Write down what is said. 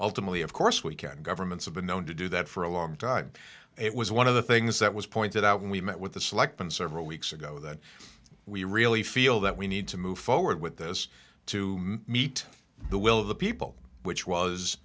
ultimately of course we can governments have been known to do that for a long time it was one of the things that was pointed out when we met with the selectmen several weeks ago that we really feel that we need to move forward with this to meet the will of the people which was